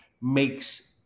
makes –